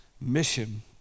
mission